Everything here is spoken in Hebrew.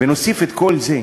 ונוסיף את כל זה,